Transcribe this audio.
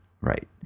right